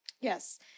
Yes